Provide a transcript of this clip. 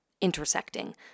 intersecting